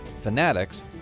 Fanatics